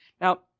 Now